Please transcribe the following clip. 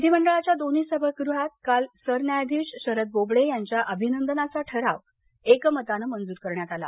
विधीमंडळाच्या दोन्ही सभागृहांत काल सरन्यायाधीश शरद बोबडे यांच्या अभिनंदनाचा ठराव एकमतानं मंजर करण्यात आला